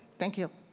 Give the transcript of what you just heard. thank you.